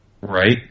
Right